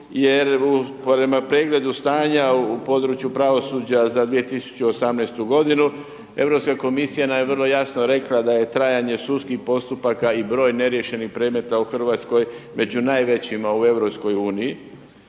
jer prema pregledu stanja u području pravosuđa za 2018.g. Europska komisija nam je vrlo jasno rekla da je trajanje sudskih postupaka i broj neriješenih predmeta u RH među najvećima u EU.